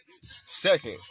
second